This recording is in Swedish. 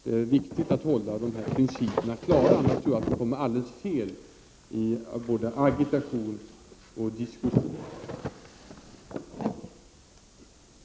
Det är viktigt att ha dessa principer klara, annars tror jag att man hamnar alldeles fel i både agitation och diskussion.